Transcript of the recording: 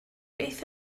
beth